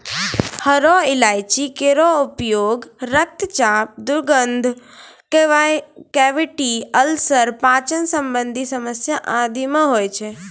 हरो इलायची केरो उपयोग रक्तचाप, दुर्गंध, कैविटी अल्सर, पाचन संबंधी समस्या आदि म होय छै